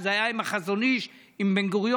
שזה היה החזון איש עם בן-גוריון.